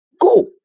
Go